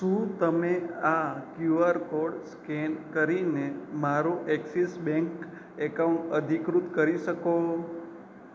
શું તમે આ કયુઆર કોડ સ્કેન કરીને મારું ઍક્સિસ બેંક એકાઉન્ટ અધિકૃત કરી શકો